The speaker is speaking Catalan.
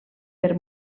per